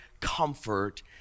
comfort